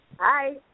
Hi